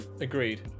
agreed